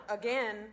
Again